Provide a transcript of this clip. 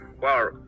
Wow